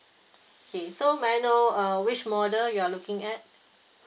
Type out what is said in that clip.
okay so may I know uh which model you are looking at